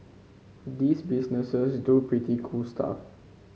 these businesses do pretty cool stuff